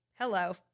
hello